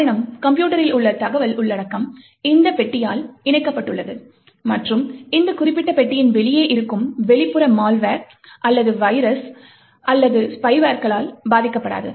காரணம் கம்ப்யூட்டரில் உள்ள தகவல் உள்ளடக்கம் இந்த பெட்டியால் இணைக்கப்பட்டுள்ளது மற்றும் இந்த குறிப்பிட்ட பெட்டியின் வெளியே இருக்கும் வெளிப்புற மால்வெர் அல்லது வைரஸ்கள் அல்லது ஸ்பைவேர்களால் பாதிக்கப்படாது